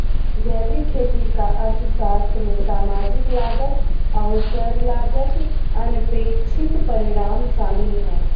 जैविक खेती का अर्थशास्त्र में सामाजिक लागत अवसर लागत अनपेक्षित परिणाम शामिल है